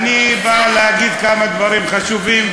אני בא להגיד כמה דברים חשובים,